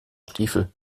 stiefel